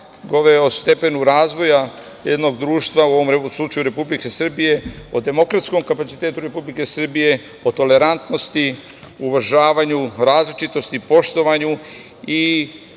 govori o stepenu razvoja jednog društva, u ovom slučaju Republike Srbije, o demokratskom kapacitetu Republike Srbije, o tolerantnosti, uvažavanju, različitosti, poštovanju i